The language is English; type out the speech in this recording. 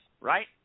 right